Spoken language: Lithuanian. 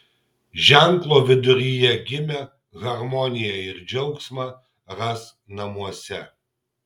ženklo viduryje gimę harmoniją ir džiaugsmą ras namuose